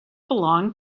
belong